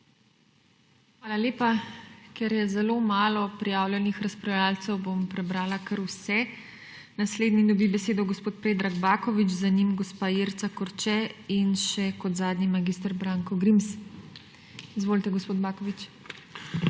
Hvala lepa. Ker je zelo malo prijavljenih razpravljavcev, bom prebrala kar vse. Naslednji dobi besedo gospod Predrag Baković, za njim gospa Jerca Korče in kot zadnji mag. Branko Grims. Izvolite, gospod Baković.